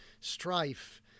strife